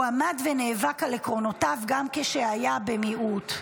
הוא עמד ונאבק על עקרונותיו גם כשהיה במיעוט.